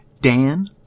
Dan